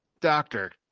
doctor